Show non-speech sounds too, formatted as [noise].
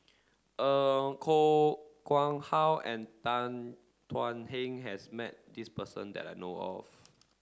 [hesitation] Koh Nguang How and Tan Thuan Heng has met this person that I know of